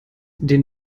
den